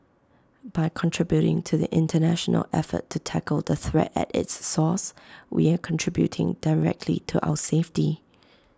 by contributing to the International effort to tackle the threat at its source we are contributing directly to our safety